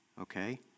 okay